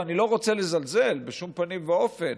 ואני לא רוצה לזלזל בשום פנים ואופן,